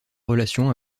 relations